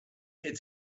had